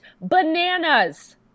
bananas